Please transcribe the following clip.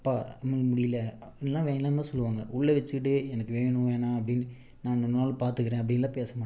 அப்பா இன்னும் முடியலை அப்டின்னுலாம் வேண்டாம்தான் சொல்வாங்க உள்ளே வச்சுக்கிட்டு எனக்கு வேணும் வேணாம் அப்படினு நான் இன்னொரு நாள் பாத்துக்கிறேன் அப்டின்னுலாம் பேசமாட்டாங்க